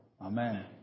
Amen